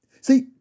See